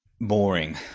boring